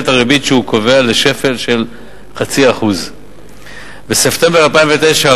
את הריבית שהוא קובע לשפל של 0.5%. בספטמבר 2009,